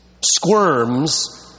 squirms